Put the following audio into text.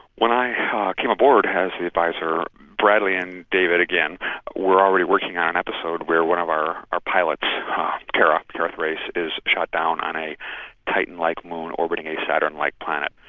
when i came aboard as the adviser, bradley and david again were already working on an episode where one of our our pilots kara kara thrace is shot down on a titan like moon orbiting a saturn-like planet.